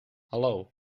hallo